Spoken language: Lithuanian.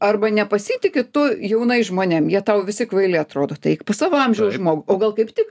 arba nepasitiki tu jaunais žmonėm jie tau visi kvaili atrodo tai eik pas savo amžiaus žmogų o gal kaip tik